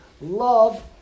love